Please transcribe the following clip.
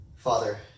Father